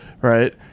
right